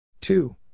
two